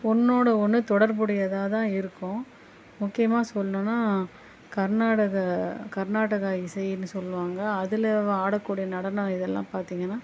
உன்னோட ஒன்று தொடர்புடையதாதான் இருக்கும் முக்கியமா சொல்லணுன்னா கர்நாடக கர்நாடகா இசைன்னு சொல்லுவாங்க அதில் ஆடக்கூடிய நடனம் இதெல்லாம் பார்த்தீங்கன்னா